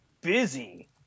busy